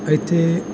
ਇੱਥੇ